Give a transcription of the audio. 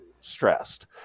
stressed